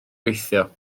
gweithio